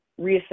reassess